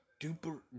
Duper